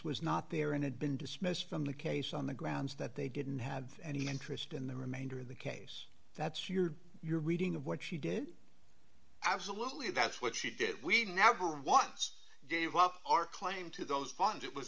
was not there and it been dismissed from the case on the grounds that they didn't have any interest in the remainder of the case that's your your reading of what she did absolutely that's what she did we never once gave up our claim to those funds it was